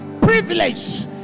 Privilege